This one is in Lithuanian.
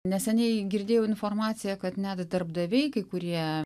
neseniai girdėjau informaciją kad net darbdaviai kai kurie